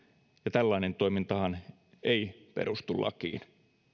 tällainen toimintahan ei perustu lakiin